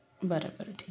बरं बरं ठीक आहे